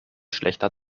schlechter